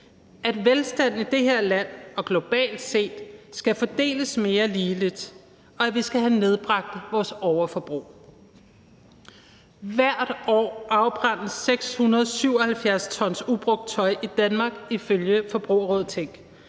at velstanden i det her land og globalt set skal fordeles mere ligeligt, og at vi skal have nedbragt vores overforbrug. Hvert år afbrændes 677 t ubrugt tøj i Danmark ifølge Forbrugerrådet Tænk.